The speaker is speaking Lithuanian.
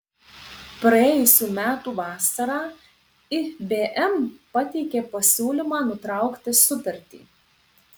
praėjusių metų vasarą ibm pateikė pasiūlymą nutraukti sutartį